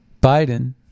Biden